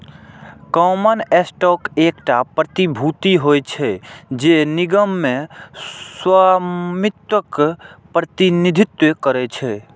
common stock एकटा प्रतिभूति होइ छै, जे निगम मे स्वामित्वक प्रतिनिधित्व करै छै